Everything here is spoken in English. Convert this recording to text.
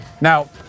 Now